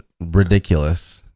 ridiculous